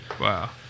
Wow